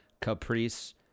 Caprice